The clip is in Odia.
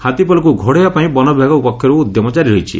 ହାତୀପଲକୁ ଘଉଡ଼ାଇବା ପାଇଁ ବନ ବିଭାଗ ପକ୍ଷରୁ ଉଦ୍ୟମ ଜାରି ରହିଛି